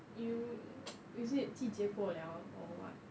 !eww! is it 季节过了 or what